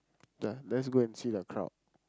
ya let's go and see the crowd